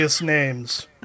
names